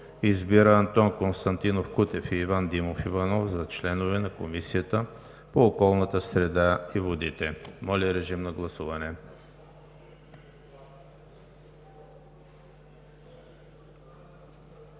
Избира Антон Константинов Кутев и Иван Димов Иванов за членове на Комисията по околната среда и водите.“ Моля, режим на гласуване.